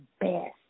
best